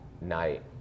night